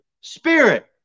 spirit